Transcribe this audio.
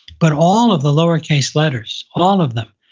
but all of the lower case letters, all of them,